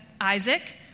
Isaac